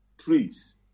trees